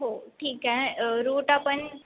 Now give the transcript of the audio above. हो ठीक आहे रूट आपण